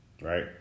right